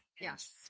yes